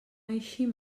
eixim